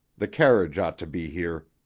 the carriage ought to be here.